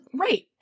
right